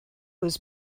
was